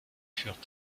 furent